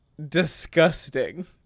Disgusting